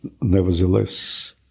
nevertheless